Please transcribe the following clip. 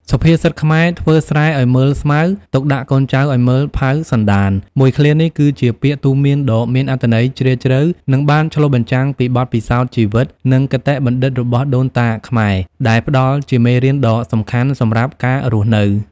សុភាសិតខ្មែរ ធ្វើស្រែឲ្យមើលស្មៅ ទុកដាក់កូនចៅឲ្យមើលផៅសន្តាន មួយឃ្លានេះ គឺជាពាក្យទូន្មានដ៏មានអត្ថន័យជ្រាលជ្រៅ និងបានឆ្លុះបញ្ចាំងពីបទពិសោធន៍ជីវិត និងគតិបណ្ឌិតរបស់ដូនតាខ្មែរ ដែលផ្ដល់ជាមេរៀនដ៏សំខាន់សម្រាប់ការរស់នៅ។